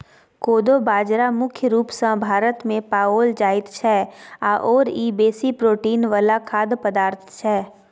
कोदो बाजरा मुख्य रूप सँ भारतमे पाओल जाइत छै आओर ई बेसी प्रोटीन वला खाद्य पदार्थ छै